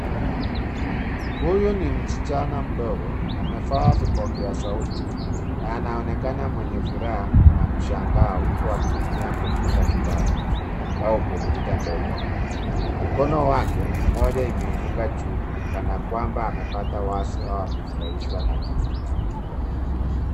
Huyu ni msichana mdogo amevaa vipokea sauti na anaonekana mwenye furaha na mshangao huku akitumia kompyuta kibao au kompyuta ndogo. Mkono wake mmoja imeinuka juu kana kwamba amepata wazo au amefurahishwa na kitu.